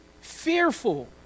fearful